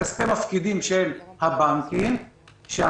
אלה כספי מפקידים של הבנקים,